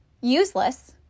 useless